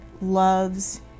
loves